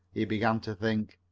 he began to think.